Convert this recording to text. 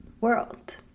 world